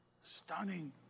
stunning